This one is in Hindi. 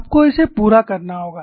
आपको इसे पूरा करना होगा